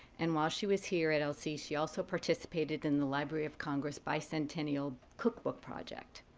and while she was here at lc she also participated in the library of congress bicentennial cookbook project.